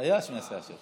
היה מהסיעה שלך.